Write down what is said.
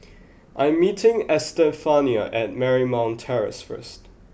I am meeting Estefania at Marymount Terrace first